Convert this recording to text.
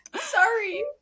Sorry